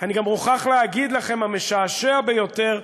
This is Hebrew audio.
אני גם מוכרח להגיד לכם, המשעשע ביותר,